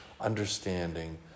understanding